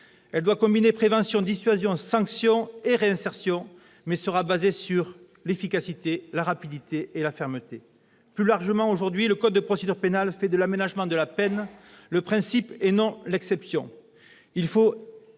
Elle doit combiner prévention, dissuasion, sanction et réinsertion, mais doit être fondée sur l'efficacité, la rapidité et la fermeté. Plus largement, le code de procédure pénale fait, aujourd'hui, de l'aménagement de la peine le principe et non l'exception.